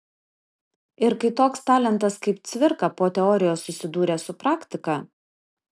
ir kai toks talentas kaip cvirka po teorijos susidūrė su praktika